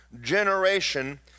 generation